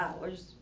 hours